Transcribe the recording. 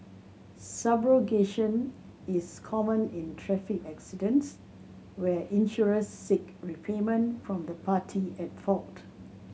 subrogation is common in traffic accidents where insurers seek repayment from the party at fault